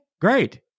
great